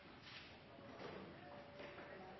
en her